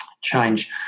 change